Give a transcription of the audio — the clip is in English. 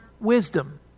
wisdom